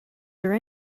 there